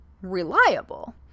reliable